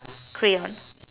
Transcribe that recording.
crayon